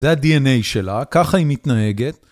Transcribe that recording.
זה ה-DNA שלה, ככה היא מתנהגת.